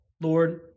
Lord